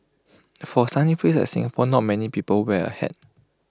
for A sunny place like Singapore not many people wear A hat